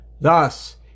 Thus